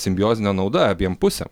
simbiozinė nauda abiem pusėm